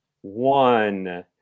one